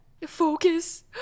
focus